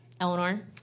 Eleanor